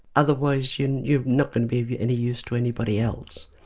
otherwise you know you're not going to be of any use to anybody else.